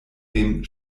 dem